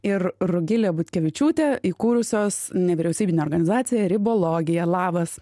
ir rugilė butkevičiūtė įkūrusios nevyriausybinę organizaciją ribologiją labas